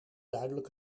duidelijk